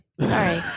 Sorry